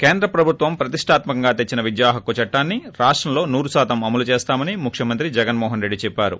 కేంద్ర ప్రభుత్వం ప్రతిష్టాత్మ కంగా తెచ్చిన విద్యాహక్కు చట్టాన్ని రాష్టంలో నూరు శాతం అమలు చేస్తామని ముఖ్యమంత్రి జగన్మోహన్రెడ్డి చెప్పారు